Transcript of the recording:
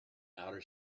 outer